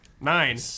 Nine